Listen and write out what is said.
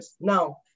Now